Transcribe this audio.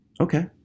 okay